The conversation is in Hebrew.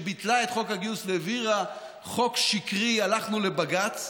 שביטלה את חוק הגיוס והעבירה חוק שקרי הלכנו לבג"ץ,